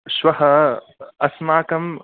श्वः अस्माकं